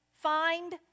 Find